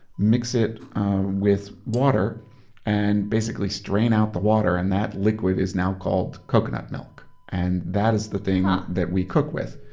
mix it with water and basically strain out the water. and that liquid is now called coconut milk and that is the thing that we cook with.